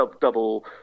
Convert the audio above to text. double